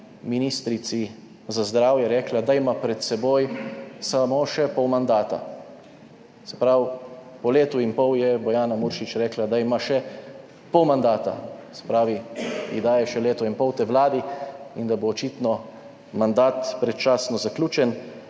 ministrici za zdravje rekla, da ima pred seboj samo še pol mandata. Se pravi, po letu in pol je Bojana Muršič rekla, da ima še pol mandata, se pravi, ji daje še leto in pol tej Vladi, in da bo očitno mandat predčasno zaključen.